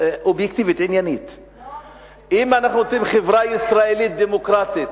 אם אנחנו רוצים חברה ישראלית דמוקרטית,